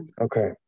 Okay